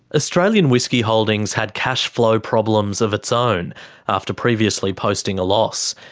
australian whisky holdings had cash flow problems of its own after previously posting a loss.